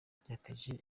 ryateje